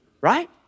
right